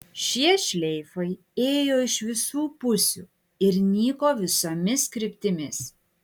šie šleifai ėjo iš visų pusių ir nyko visomis kryptimis